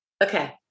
Okay